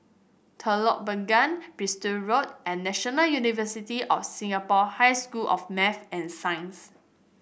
Telok Blangah Bristol Road and National University of Singapore High School of Math and Science